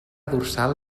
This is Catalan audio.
dorsal